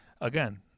again